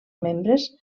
membres